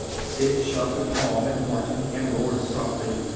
sid shoved a palm at martin and roared softly,